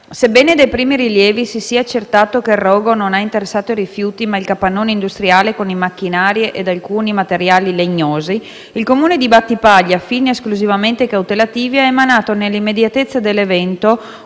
sebbene dai primi rilievi si sia accertato che il rogo non ha interessato i rifiuti ma il capannone industriale con i macchinari ed alcuni materiali legnosi, il Comune di Battipaglia, a fini esclusivamente cautelativi, ha emanato, nell'immediatezza dell'evento,